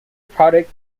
product